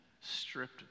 stripped